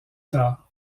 tard